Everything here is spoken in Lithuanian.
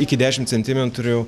iki dešimt centimetrų